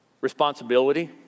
responsibility